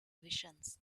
visions